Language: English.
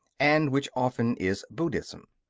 and which often is buddhism.